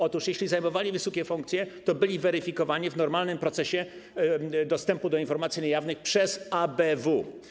Otóż jeśli zajmowali wysokie funkcje, to byli weryfikowani w normalnym procesie dostępu do informacji niejawnych przez ABW.